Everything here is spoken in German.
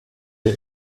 der